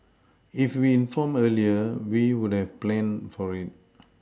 if we were informed earlier we would have planned for it